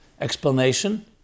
explanation